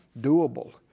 doable